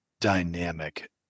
dynamic